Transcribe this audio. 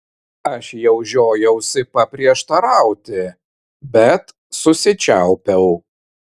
aš jau žiojausi paprieštarauti bet susičiaupiau